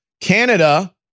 Canada